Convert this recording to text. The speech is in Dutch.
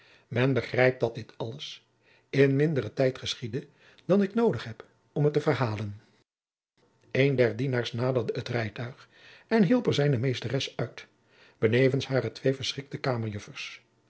men begrijpt dat dit alles in minderen tijd geschiedde dan ik noodig heb om het te verhalen een der dienaars naderde het rijtuig en hielp er zijne meesteres uit benevens hare twee verschrikte